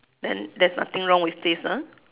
then there's nothing wrong with this ah